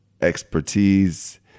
expertise